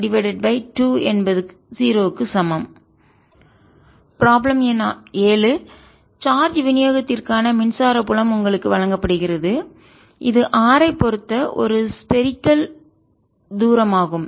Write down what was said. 2αxxβyy 3γzz0 2αβ 3γ0 36 20 problem எண் 7 charge விநியோகத்திற்கான மின்சார புலம் உங்களுக்கு வழங்கப்படுகிறது இது r ஐப் பொறுத்த ஒரு ஸ்பேரிக்கல் கோள தூரம் ஆகும்